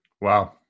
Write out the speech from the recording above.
Wow